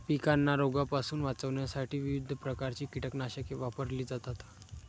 पिकांना रोगांपासून वाचवण्यासाठी विविध प्रकारची कीटकनाशके वापरली जातात